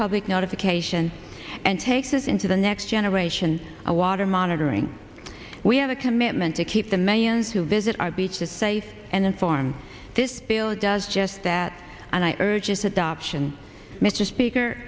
public notification and takes us into the next generation a water monitoring we have a commitment to keep the man to visit our beaches safe and inform this bill does just that and i urge is adoption mr speaker